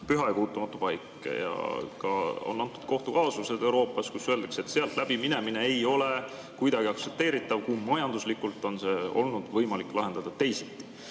püha ja puutumatu paik. On antud ka kohtukaasused Euroopas, kus öeldakse, et sealt läbi minemine ei ole kuidagi aktsepteeritav, kui majanduslikult on see olnud võimalik lahendada teisiti.